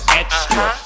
extra